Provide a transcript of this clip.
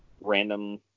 random